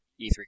E3